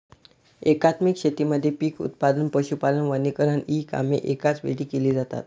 एकात्मिक शेतीमध्ये पीक उत्पादन, पशुपालन, वनीकरण इ कामे एकाच वेळी केली जातात